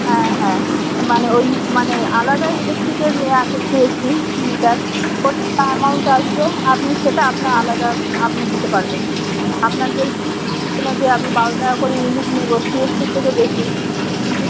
হ্যাঁ হ্যাঁ মানে ওই মানে ওই আলাদা ইলেকট্রিকের নেওয়া আছে সিইএসসির মিটার ওতে যা অ্যামাউন্ট আসবে আপনি সেটা আপনার আলাদা আপনি দিতে পারবেন আপনার যে জন্য যে আমি বারো টাকা করে ইউনিট নেব সিইএসসির থেকে বেশি কিন্তু